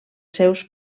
seus